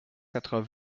quatre